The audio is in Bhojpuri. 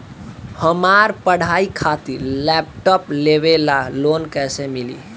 हमार पढ़ाई खातिर लैपटाप लेवे ला लोन कैसे मिली?